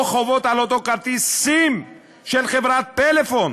או חובות על אותו כרטיס SIM של חברת "פלאפון",